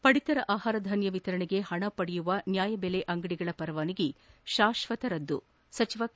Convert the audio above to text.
ಪಡಿತರ ಆಹಾರಧಾನ್ಯ ವಿತರಣೆಗೆ ಪಣ ಪಡೆಯುವ ನ್ಯಾಯಬೆಲೆ ಅಂಗಡಿಗಳ ಪರವಾನಗಿ ಶಾಶ್ವತ ರದ್ದು ಸಚಿವ ಕೆ